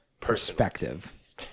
perspective